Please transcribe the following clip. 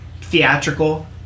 theatrical